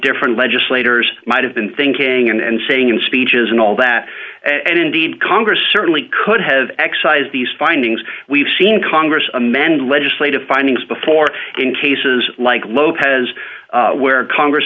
different legislators might have been thinking and saying in speeches and all that and indeed congress certainly could have excise these findings we've seen congress amend legislative findings before in cases like lopez where congress